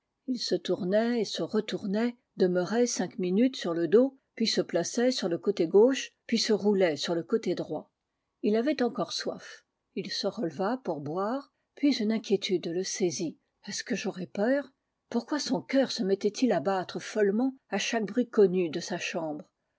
il se tournait et se retournait demeurait cinq minutes sur le dos puis se plaçait sur le coté gauche puis se roulait sur le côté droit ii avait encore soif ii se releva jdour boire puis une inquiétude le saisit est-ce que j'aurais peur pourquoi son cœur se mettait-il à battre follement à chaque bruit connu de sa chambre